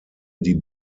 die